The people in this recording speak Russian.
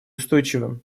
устойчивым